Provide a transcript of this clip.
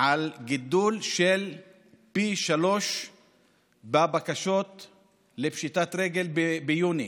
על גידול של פי שלושה בבקשות לפשיטת רגל ביוני.